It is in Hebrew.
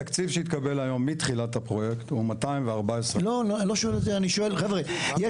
התקציב שהתקבל היום מתחילת הפרויקט הוא 214. לא אני לא שואל את זה,